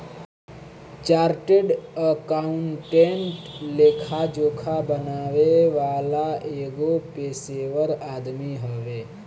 chartered accountant लेखा जोखा बनावे वाला एगो पेशेवर आदमी हवे